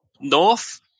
North